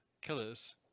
killers